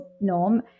Norm